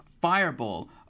fireball